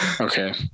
Okay